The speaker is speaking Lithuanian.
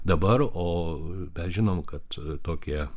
dabar o mes žinom kad tokie